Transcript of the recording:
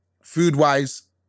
food-wise